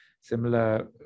similar